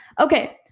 Okay